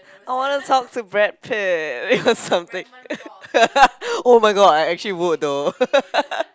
I wanna talk to Brad Pitt something oh-my-god I actually would though